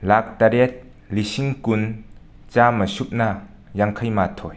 ꯂꯥꯛ ꯇꯔꯦꯠ ꯂꯤꯁꯤꯡ ꯀꯨꯟ ꯆꯥꯝꯃ ꯁꯨꯞꯅ ꯌꯥꯡꯈꯩ ꯃꯥꯊꯣꯏ